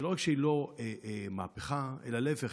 שלא רק שהיא לא מהפכה אלא להפך,